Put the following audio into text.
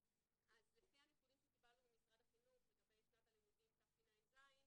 לפי הנתונים שקיבלנו ממשרד החינוך לגבי שנת הלימודים תשע"ז,